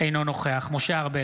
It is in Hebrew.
אינו נוכח משה ארבל,